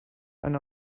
eine